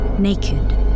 Naked